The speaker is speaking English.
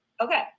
Okay